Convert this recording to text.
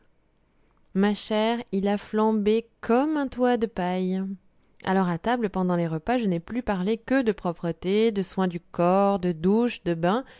ma chère il a flambé comme un toit de paille alors à table pendant les repas je n'ai plus parlé que de propreté de soins du corps de douches de bains